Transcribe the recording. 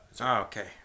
okay